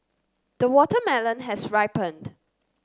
the watermelon has ripened